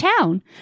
town